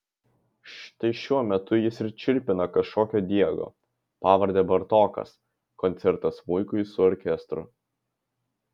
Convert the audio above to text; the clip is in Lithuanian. štai šiuo metu jis ir čirpina kažkokio diego pavarde bartokas koncertą smuikui su orkestru